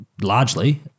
largely